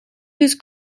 whose